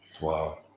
Wow